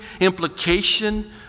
implication